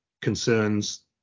concerns